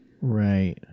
Right